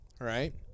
right